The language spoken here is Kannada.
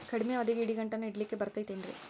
ಕಡಮಿ ಅವಧಿಗೆ ಇಡಿಗಂಟನ್ನು ಇಡಲಿಕ್ಕೆ ಬರತೈತೇನ್ರೇ?